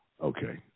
Okay